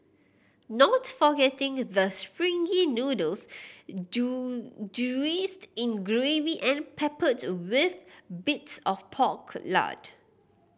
not forgetting the springy noodles doused in gravy and peppered with bits of pork lard